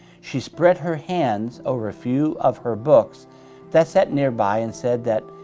she spread her hands over few of her books that sat nearby and said that,